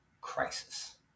crisis